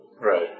Right